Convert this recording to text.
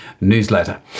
newsletter